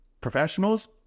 professionals